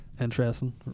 interesting